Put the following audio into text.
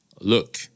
Look